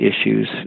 issues